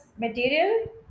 material